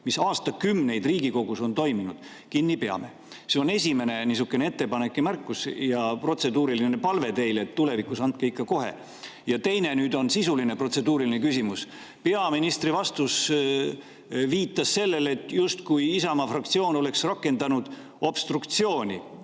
mis aastakümneid Riigikogus on toiminud, kinni peame. Esimene niisugune ettepanek ja märkus ja protseduuriline palve teile on see, et tulevikus andke ikka kohe [võimalus küsida]. Ja teine on sisuline protseduuriline küsimus. Peaministri vastus viitas sellele, justkui Isamaa fraktsioon oleks rakendanud obstruktsiooni.